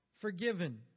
forgiven